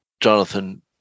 Jonathan